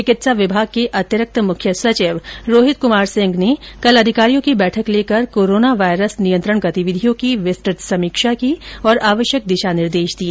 चिकित्सा विभाग के अतिरिक्त मुख्य सचिव रोहित क्मार सिंह ने कल अधिकारियों की बैठक ॅलेकर कोरोना वायरस नियंत्रण गतिविधियों की विस्तृत समीक्षा की और आवश्यक दिशा निर्देश दिए